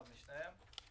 אחד משניהם,